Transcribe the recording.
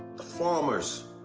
the farmers,